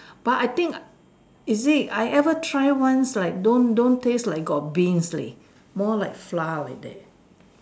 but I think is this I ever try once like don't don't taste like or being sleep more like flower there